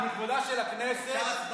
מכבודה של הכנסת,